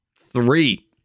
three